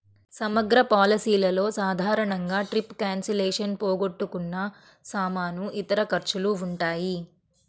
సమగ్ర పాలసీలలో సాధారణంగా ట్రిప్ క్యాన్సిలేషన్, పోగొట్టుకున్న సామాను, ఇతర ఖర్చులు ఉంటాయి